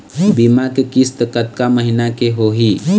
बीमा के किस्त कतका महीना के होही?